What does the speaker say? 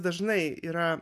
dažnai yra